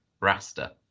rasta